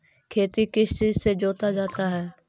खेती किस चीज से जोता जाता है?